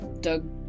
Doug